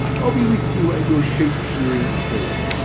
i'll be with you at your sheep-shearing too.